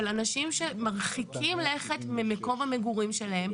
אנשים שהם מרחיקים לכת ממקום המגורים שלהם.